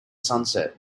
sunset